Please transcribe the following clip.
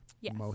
Yes